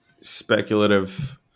speculative